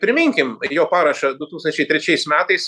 priminkim jo parašą du tūkstančiai trečiais metais